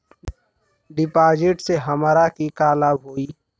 डिपाजिटसे हमरा के का लाभ होई?